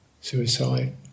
suicide